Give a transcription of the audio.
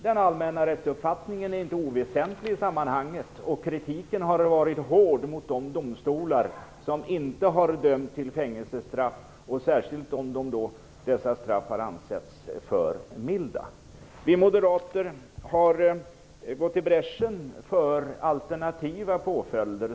Den allmänna rättsuppfattningen är inte oväsentlig i sammanhanget, och kritiken har varit hård mot de domstolar som inte har dömt till fängelsestraff, särskilt om straffen har ansetts för milda. Vi moderater har, som jag nämnde i mitt anförande, gått i bräschen för alternativa påföljder.